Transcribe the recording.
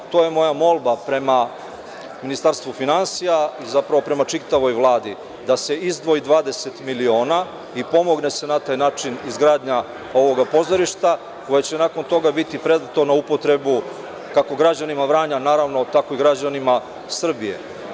To bi bila moja molba prema Ministarstvu finansija i prema čitavoj Vladi – da se izdvoji 20 miliona i pomogne se na taj način izgradnja ovog pozorišta, koje će nakon toga biti predato na upotrebu, kako građanima Vranja, tako i građanima Srbije.